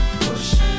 push